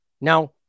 Now